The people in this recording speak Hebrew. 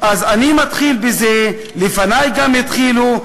אז אני מתחיל בזה, ולפני גם התחילו.